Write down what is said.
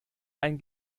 ein